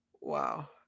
Wow